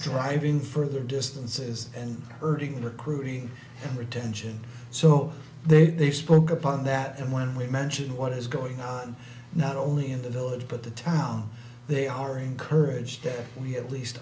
driving further distances and hurting recruiting and retention so they they spoke up on that and when we mention what is going on not only in the village but the town they are encouraged that we at least